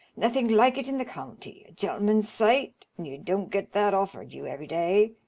nothing like it in the county a gen'leman's site, and you don't get that offered you every day.